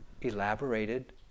elaborated